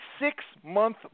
six-month